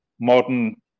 modern